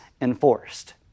enforced